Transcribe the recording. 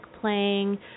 playing